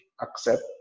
accept